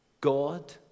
God